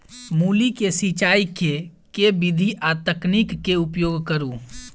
मूली केँ सिचाई केँ के विधि आ तकनीक केँ उपयोग करू?